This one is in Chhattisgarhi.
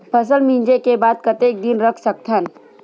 फसल मिंजे के बाद कतेक दिन रख सकथन?